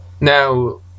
Now